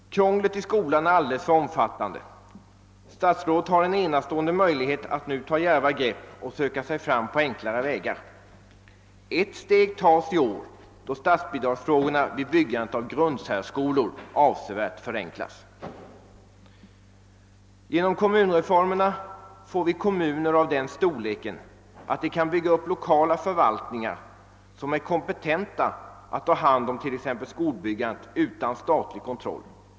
Krånglet i skolan är alldeles för omfattande. Statsrådet har en enastående möjlighet att nu ta djärva grepp och söka sig fram på enklare vägar. Ett steg tas i år då statsbidragsfrågorna vid byggandet av grundsärskolor avsevärt förenklas. Genom kommunreformerna får vi kommuner av den storleken att de kan bygga upp lokala förvaltningar, som är kompetenta att ta hand om t.ex. skolbyggandet utan statlig kontroll.